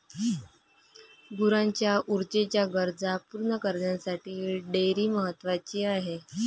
गुरांच्या ऊर्जेच्या गरजा पूर्ण करण्यासाठी डेअरी महत्वाची आहे